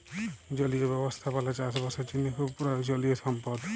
জলীয় ব্যবস্থাপালা চাষ বাসের জ্যনহে খুব পরয়োজলিয় সম্পদ